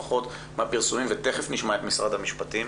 לפחות מהפרסומים ותכף נשמע את משרד המשפטים,